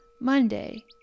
Monday